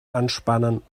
anspannen